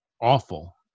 awful